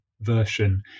version